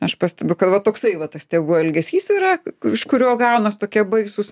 aš pastebiu kad va toksai va tas tėvų elgesys yra iš kurio gaunas tokie baisūs